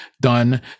done